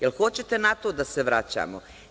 Da li hoćete na to da se vraćamo?